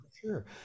sure